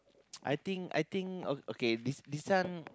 I think I think okay okay this this one